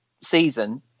season